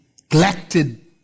neglected